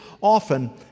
often